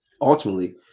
ultimately